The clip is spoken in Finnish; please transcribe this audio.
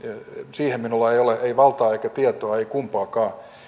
siihen minulla ei ole valtaa eikä tietoa ei kumpaakaan